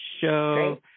show